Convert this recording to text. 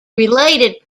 related